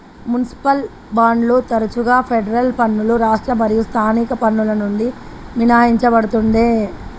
municipal బాండ్లు తరచుగా federal పన్నులు రాష్ట్ర మరియు స్థానిక పన్నుల నుండి మినహాయించబడతుండే